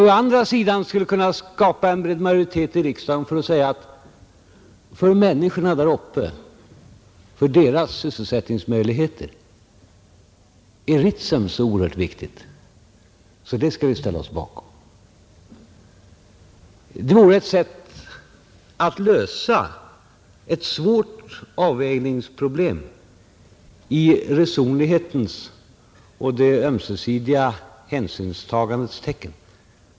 Å andra sidan skulle man skapa en bred majoritet i riksdagen för att Ritsem är så oerhört viktig ur sysselsättningssynpunkt för människorna där uppe att vi skall ställa oss bakom en utbyggnad därav. Det vore ett sätt att lösa ett svårt avvägningsproblem i resonlighetens och det ömsesidiga hänsynstagandets tecken.